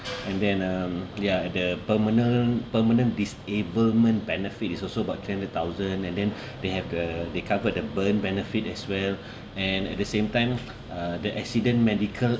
and then um ya and the permanent permanent disablement benefit is also about three hundred thousand and then they have the they covered the burn benefit as well and at the same time uh the accident medical